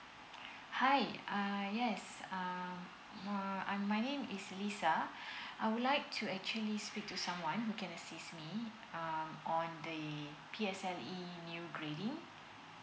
hi uh yes uh mm my name is liza I would like to actually speak to someone who can assist me uh on the P_S_L_E new grading